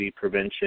prevention